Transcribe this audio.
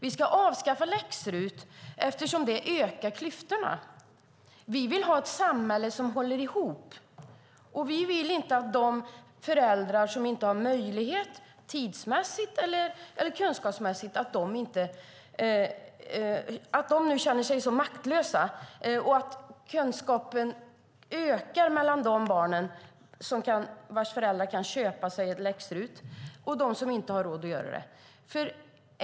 Vi ska avskaffa läx-RUT eftersom det ökar klyftorna. Vi vill ha ett samhälle som håller ihop. Vi vill inte att de föräldrar som inte har möjlighet tidsmässigt eller kunskapsmässigt ska behöva känna sig maktlösa. Kunskapen ökar bland de barn vilkas föräldrar kan köpa läx-RUT jämfört med dem som inte har råd att göra det.